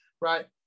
Right